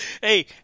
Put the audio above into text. Hey